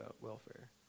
welfare